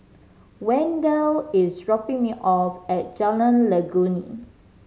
Wendell is dropping me off at Jalan Legundi